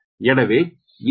எனவே இந்த தூரம் 0